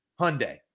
Hyundai